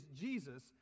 Jesus